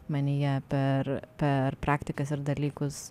manyje per per praktikas ir dalykus